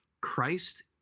Christ